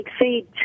exceed